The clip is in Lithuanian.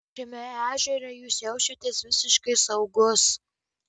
šiame ežere jūs jaučiatės visiškai saugus